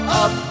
up